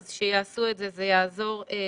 אז שיעשו את זה, זה יעזור לכולם.